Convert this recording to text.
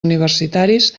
universitaris